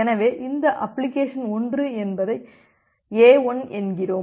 எனவே இந்த அப்ளிகேஷன் 1 என்பதை A1 என்கிறோம்